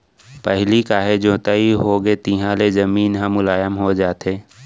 पहिली काहे जोताई होगे तिहाँ ले जमीन ह मुलायम हो जाथे